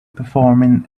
performing